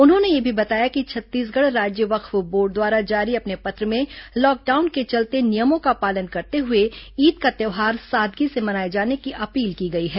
उन्होंने यह भी बताया कि छत्तीसगढ़ राज्य वक्फ बोर्ड द्वारा जारी अपने पत्र में लॉकडाउन के चलते नियमों का पालन करते हुए ईद का त्यौहार सादगी से मनाए जाने की अपील की गई है